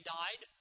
died